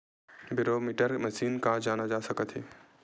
Barometer machine से का जाना जा सकत हे?